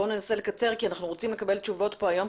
בואו ננסה לקצר כי אנחנו רוצים לקבל תשובות פה היום.